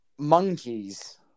monkeys